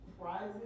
prizes